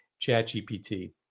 ChatGPT